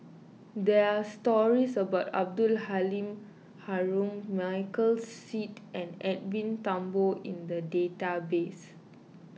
there are stories about Abdul Halim Haron Michael Seet and Edwin Thumboo in the database